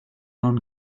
non